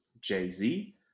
Jay-Z